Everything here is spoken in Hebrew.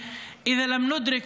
מוותר,